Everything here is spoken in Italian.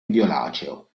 violaceo